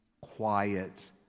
quiet